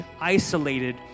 isolated